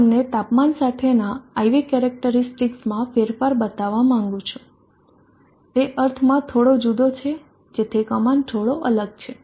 હું તમને તાપમાન સાથેના IV કેરેક્ટરીસ્ટિકસમાં ફેરફાર બતાવવા માંગુ છું તે અર્થમાં થોડો જુદો છે જેથી કમાન્ડ થોડો અલગ છે